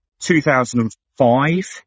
2005